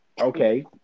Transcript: Okay